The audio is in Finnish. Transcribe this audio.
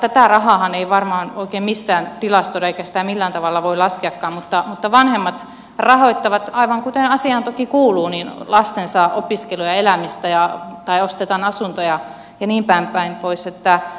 tätä rahaahan ei varmaan oikein missään tilastoida eikä sitä millään tavoin voi laskeakaan mutta vanhemmat rahoittavat aivan kuten asiaan toki kuuluu lastensa opiskelua ja elämistä tai ostetaan asuntoja ja niinpäin pois